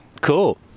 cool